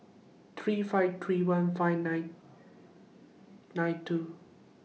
three five three one five nine nine two